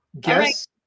Guess